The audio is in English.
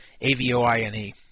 A-V-O-I-N-E